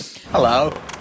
Hello